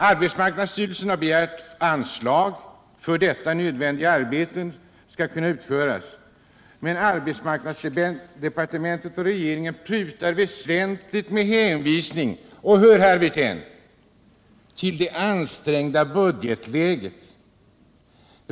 Arbetsmarknadsstyrelsen har begärt anslag för att dessa nödvändiga arbeten skall kunna utföras, men arbetsmarknadsdepartementet och regeringen prutar väsentligt med hänvisning till — och hör nu, Rolf Wirtén - ”det ansträngda budgetläget”.